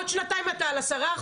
עוד שנתיים אתה על 10%?